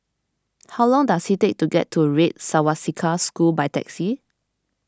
how long does it take to get to Red Swastika School by taxi